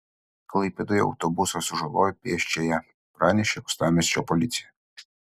klaipėdoje autobusas sužalojo pėsčiąją pranešė uostamiesčio policija